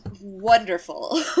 wonderful